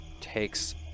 takes